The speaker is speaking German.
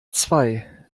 zwei